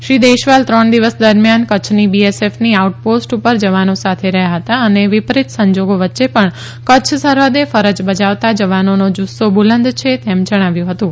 શ્રી દેશવાલ ત્રણ દિવસ દરમિયાન કચ્છની બીએસઅફની આઉટ પોસ્ટ ઉપર જવાનો સાથે રહયા હતા અને વિપરીત સંજોગો વચ્ચે પણ કચ્છ સરહદે ફરજ બજાવતા જવાનોનો જુસ્સો બુલંદ છે તેમ જણાવ્યું હતું